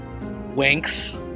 winks